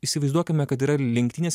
įsivaizduokime kad yra lenktynės